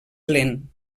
lent